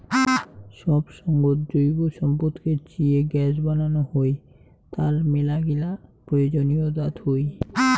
সব সঙ্গত জৈব সম্পদকে চিয়ে গ্যাস বানানো হই, তার মেলাগিলা প্রয়োজনীয়তা থুই